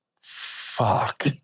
Fuck